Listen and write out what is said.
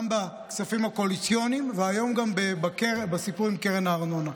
גם בכספים הקואליציוניים והיום גם בסיפור עם קרן הארנונה.